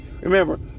Remember